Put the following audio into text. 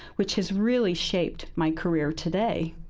which has really shaped my career today.